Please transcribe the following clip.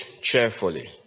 cheerfully